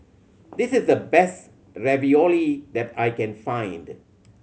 this is the best Ravioli that I can find